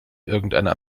irgendeiner